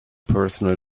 personal